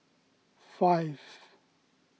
five